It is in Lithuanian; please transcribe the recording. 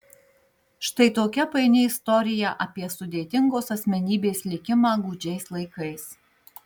štai tokia paini istorija apie sudėtingos asmenybės likimą gūdžiais laikais